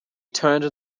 turned